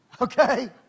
Okay